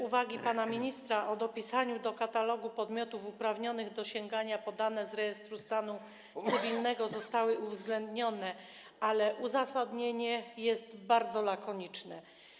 Uwagi pana ministra o dopisaniu do katalogu podmiotów uprawnionych do sięgania po dane z rejestru stanu cywilnego zostały uwzględnione, ale uzasadnienie jest bardzo lakoniczne.